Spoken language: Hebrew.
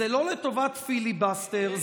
זה לא לטובת פיליבסטר,